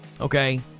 Okay